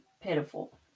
pitiful